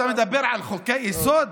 אתה מדבר על חוקי-יסוד?